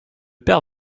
père